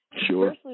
Sure